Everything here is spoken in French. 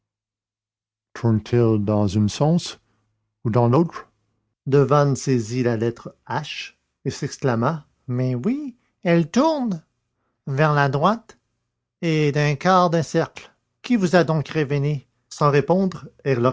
tourne t elle dans un sens ou dans l'autre devanne saisit la lettre h et s'exclama mais oui elle tourne vers la droite et d'un quart de cercle qui donc vous a révélé sans répondre